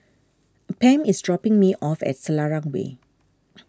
Pam is dropping me off at Selarang Way